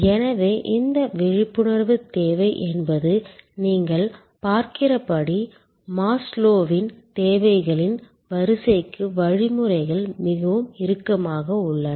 எனவே இந்த விழிப்புணர்வு தேவை என்பதை நீங்கள் பார்க்கிறபடி மாஸ்லோவின் தேவைகளின் வரிசைக்கு வழிமுறைகள் மிகவும் இறுக்கமாக உள்ளன